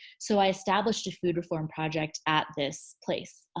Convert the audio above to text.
so i established a food reform project at this place. ah